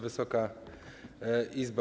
Wysoka Izbo!